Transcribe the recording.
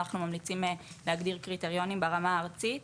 אנחנו ממליצים להגדיר קריטריונים ברמה הארצית.